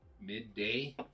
midday